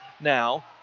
now